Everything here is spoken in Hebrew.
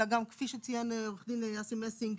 אלא גם כפי שציין עו"ד אסי מסינג,